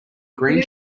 green